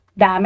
da